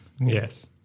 Yes